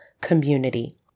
Community